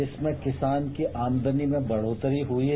इसमें किसान की आमदनी में बढ़ोत्तरी हुई है